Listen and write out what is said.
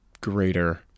greater